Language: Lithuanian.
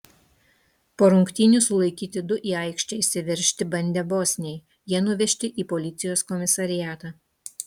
po rungtynių sulaikyti du į aikštę išsiveržti bandę bosniai jie nuvežti į policijos komisariatą